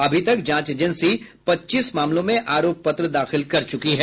अभी तक जांच एजेंसी पच्चीस मामलों में आरोप पत्र दाखिल कर चुकी है